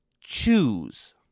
Choose